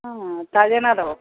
ಹಾಂ ತಾಜಾ ಇದಾವು